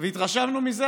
והתרשמנו מזה.